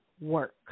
work